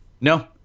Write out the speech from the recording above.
No